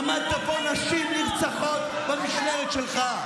עמדת פה, נשים נרצחות במשמרת שלך.